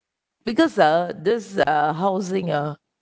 because uh this uh housing ah